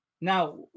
Now